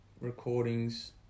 recordings